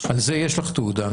על זה יש לך תעודה,